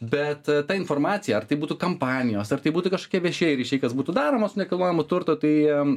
bet ta informacija ar tai būtų kampanijos ar tai būtų kažkokie viešieji ryšiai kas būtų daroma su nekilnojamu turtu tai